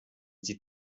sie